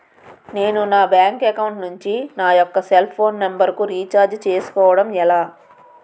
నేను నా bank account నుంచి నా యెక్క సెల్ ఫోన్ నంబర్ కు రీఛార్జ్ చేసుకోవడం ఎలా?